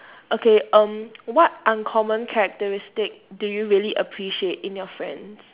okay um what uncommon characteristic do you really appreciate in your friends